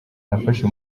nafashe